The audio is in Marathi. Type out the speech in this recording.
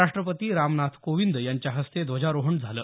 राष्ट्रपती रामनाथ कोविंद यांच्या हस्ते ध्वजारोहण झालं